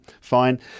Fine